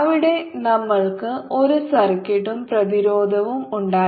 അവിടെ നമ്മൾക്ക് ഒരു സർക്യൂട്ടും പ്രതിരോധവും ഉണ്ടായിരുന്നു